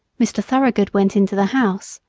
mr. thoroughgood went into the house.